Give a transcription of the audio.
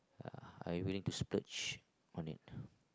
yeah I willing to splurge on it